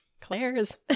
Claire's